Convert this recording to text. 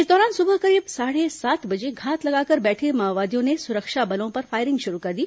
इस दौरान सुबह करीब साढ़े सात बजे घात लगाकर बैठे माओवादियों ने सुरक्षा बलों पर फायरिंग शुरू कर दी